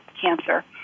cancer